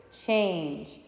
change